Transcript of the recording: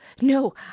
No